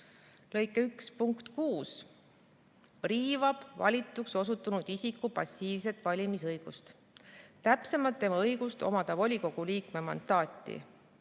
punkt 6 riivab valituks osutunud isiku passiivset valimisõigust, täpsemalt tema õigust omada volikogu liikme mandaati,